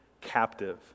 captive